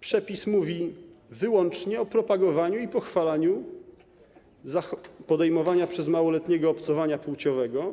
Przepis mówi wyłącznie o propagowaniu i pochwalaniu podejmowania przez małoletniego obcowania płciowego